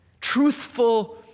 Truthful